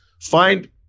find